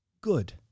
Good